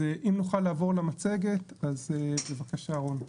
אם נוכל לעבור למצגת, אז בבקשה רון.